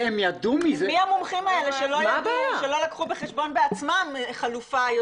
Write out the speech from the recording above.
מי המומחים האלה שלא לקחו בחשבון בעצמם חלופה?